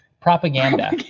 Propaganda